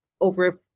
over